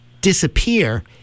disappear